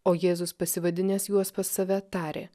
o jėzus pasivadinęs juos pas save tarė